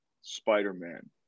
Spider-Man